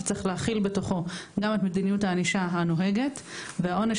שצריך להכיל בתוכו גם את מדיניות הענישה הנוהגת והעונש